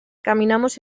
caminamos